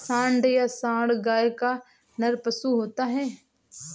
सांड या साँड़ गाय का नर पशु होता है